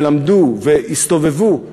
שלמדו והסתובבו,